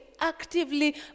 actively